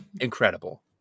Incredible